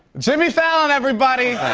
jimmy fallon, everybody!